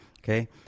Okay